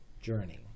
journey